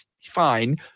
Fine